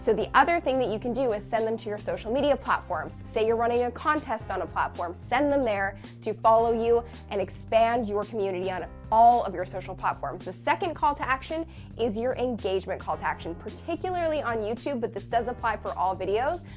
so the other thing that you can do is send them to your social media platforms. say you're running a contest on a platform, send them there to follow you and expand your community on all of your social platforms. the second call to action is your engagement call to action, particularly on youtube, but this does apply for all videos.